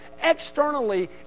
externally